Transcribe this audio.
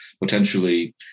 potentially